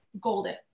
golden